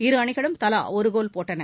இரு அணிகளும் தலா ஒரு கோல் போட்டன